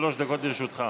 שלוש דקות לרשותך.